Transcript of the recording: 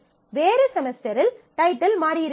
வேறு செமஸ்டரில் டைட்டில் மாறியிருக்கலாம்